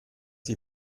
sie